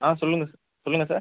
ஆ சொல்லுங்க சொல்லுங்க சார்